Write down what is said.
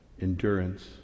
endurance